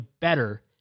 better